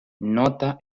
nota